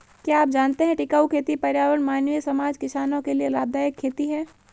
क्या आप जानते है टिकाऊ खेती पर्यावरण, मानवीय समाज, किसानो के लिए लाभदायक खेती है?